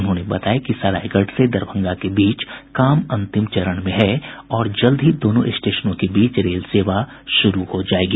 उन्होंने बताया कि सरायगढ़ से दरभंगा के बीच काम अंतिम चरण में है और जल्द ही दोनों स्टेशनों के बीच रेल सेवा शुरू हो जायेगी